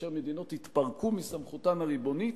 כאשר מדינות התפרקו מסמכותן הריבונית.